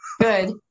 good